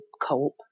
cope